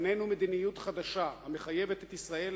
לפנינו מדיניות חדשה המחייבת את ישראל